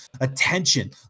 attention